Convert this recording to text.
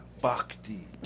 bhakti